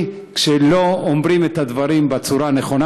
כשלא אומרים את הדברים בצורה הנכונה.